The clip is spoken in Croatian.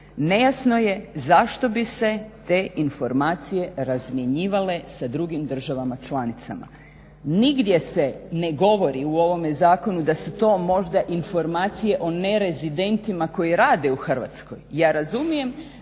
nejasno je zašto bi se te informacije razmjenjivale sa drugim državama članicama. Nigdje se ne govori u ovome zakonu da su to možda informacije o nerezidentima koji rade u Hrvatskoj. Ja razumijem